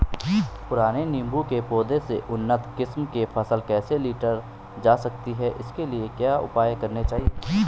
पुराने नीबूं के पौधें से उन्नत किस्म की फसल कैसे लीटर जा सकती है इसके लिए क्या उपाय करने चाहिए?